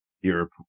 Europe